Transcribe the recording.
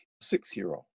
six-year-old